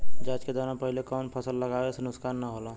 जाँच के दौरान पहिले कौन से फसल लगावे से नुकसान न होला?